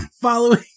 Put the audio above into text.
following